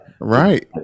right